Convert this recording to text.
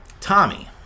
Tommy